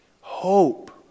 Hope